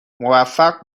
موفق